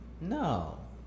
No